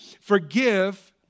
forgive